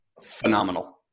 phenomenal